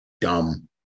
dumb